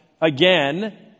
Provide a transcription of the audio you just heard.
again